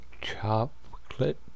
chocolate